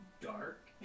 dark